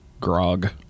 Grog